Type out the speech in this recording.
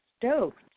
stoked